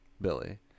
Billy